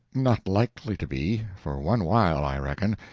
not likely to be, for one while, i reckon,